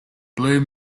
blue